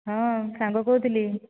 ହଁ ସାଙ୍ଗ କହୁଥିଲି